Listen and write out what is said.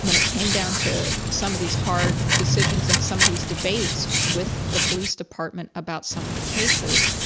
when it came down to some of these hard decisions, and some of these debates with the police department about some of the cases,